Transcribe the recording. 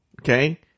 okay